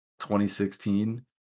2016